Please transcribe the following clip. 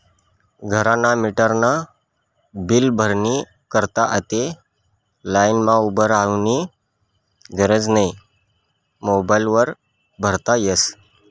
घरना मीटरनं बील भरानी करता आते लाईनमा उभं रावानी गरज नै मोबाईल वर भरता यस